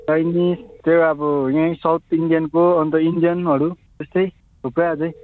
Chinese त्यो अब यहीँ साउथ इन्डियनको अन्त इन्डियानहरू त्यस्तै थुप्रै अझै